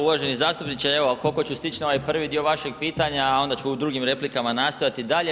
Uvaženi zastupniče, evo koliko ću stići na ovaj prvi dio vašeg pitanja, a onda ću u drugim replikama nastojati dalje.